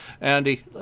andy